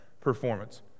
performance